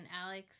Alex